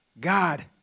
God